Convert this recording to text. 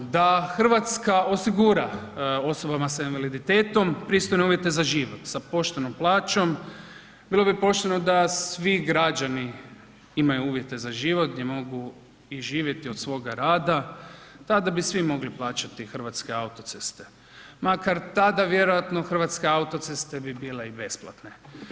Da Hrvatska osigura osobama sa invaliditetom pristojne uvjete za život, sa poštenom plaćom, bilo bi pošteno da svi građani imaju uvjete za život gdje mogu i živjeti od svoga rada, tada bi svi mogli plaćati hrvatske autoceste makar tada vjerojatno hrvatske autoceste bi bile i besplatne.